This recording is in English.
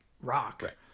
rock